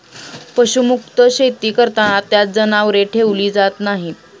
पशुमुक्त शेती करताना त्यात जनावरे ठेवली जात नाहीत